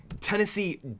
tennessee